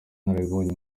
inararibonye